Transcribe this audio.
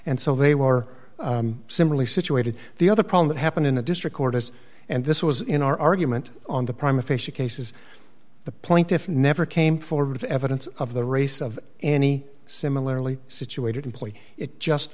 and so they were similarly situated the other problem that happened in the district court is and this was in our argument on the prime official cases the plaintiffs never came forward with evidence of the race of any similarly situated employee it just